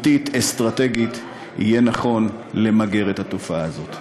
אסטרטגית אמיתית, יהיה נכון למגר את התופעה הזאת.